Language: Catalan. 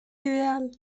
ideal